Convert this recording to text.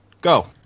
go